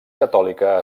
catòlica